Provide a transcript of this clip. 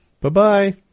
Bye-bye